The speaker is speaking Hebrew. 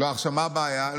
לא, עכשיו מה הבעיה?